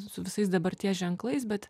su visais dabarties ženklais bet